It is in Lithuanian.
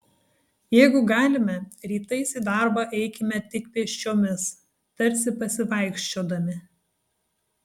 jeigu galime rytais į darbą eikime tik pėsčiomis tarsi pasivaikščiodami